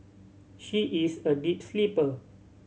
she is a deep sleeper